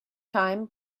time